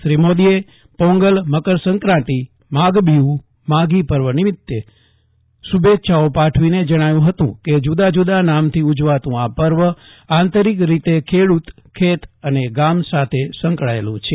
શ્રી મોદીએ પોંગલમકરસ્ક્રાંતિમાઘબીહુમાઘી પર્વ નિમિતે શુભેચ્છાઓ પાઠવીને જણાવ્યુ હતું કે જુદા જુદા નામથી ઉજવાતુ પર્વ આંતરીક રીતે ખેત અને ગામ સાથે સંકળાયેલુ છે